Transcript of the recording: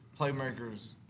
Playmakers